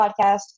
podcast